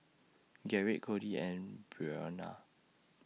Gerrit Cordie and Brionna